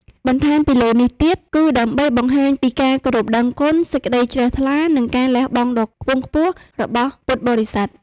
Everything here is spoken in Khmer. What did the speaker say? បន្ថែមពីលើនេះទៀត គឺដើម្បីបង្ហាញពី ការគោរពដឹងគុណ សេចក្តីជ្រះថ្លា និង ការលះបង់ដ៏ខ្ពង់ខ្ពស់ របស់ពុទ្ធបរិស័ទ។